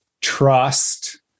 trust